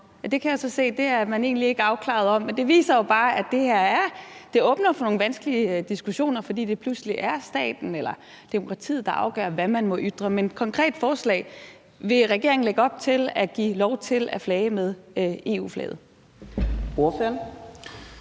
Det kan jeg så se at man egentlig ikke er helt afklaret omkring, men det viser jo bare, at det her åbner for nogle vanskelige diskussioner, fordi det pludselig er staten eller demokratiet, der afgør, hvad man må ytre. Men vil regeringen som et konkret forslag lægge op til at give lov til at flage med EU-flaget?